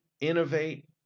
innovate